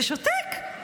ושותק.